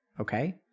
okay